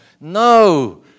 No